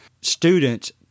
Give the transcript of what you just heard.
students